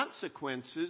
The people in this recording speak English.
consequences